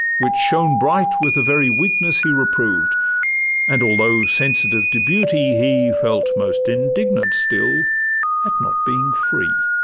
which shone bright with the very weakness he reproved and although sensitive to beauty, he felt most indignant still at not being free.